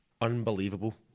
unbelievable